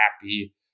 happy